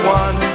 one